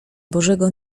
bożego